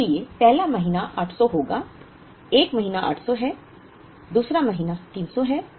इसलिए पहला महीना 800 होगा 1 महीना 800 है दूसरा महीना 300 है